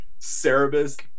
Cerebus